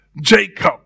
Jacob